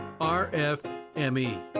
RFME